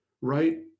right